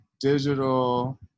digital